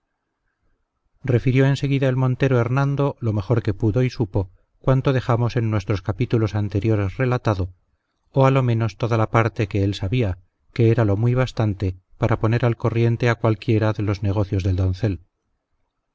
en seguida el montero hernando lo mejor que pudo y supo cuanto dejamos en nuestros capítulos anteriores relatado o a lo menos toda la parte que él sabia que era lo muy bastante para poner al corriente a cualquiera de los negocios del doncel